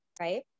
right